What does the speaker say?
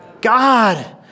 God